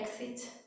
exit